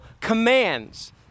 commands